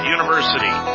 University